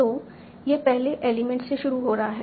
तो यह पहले एलिमेंट से शुरू हो रहा है